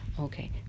okay